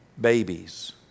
babies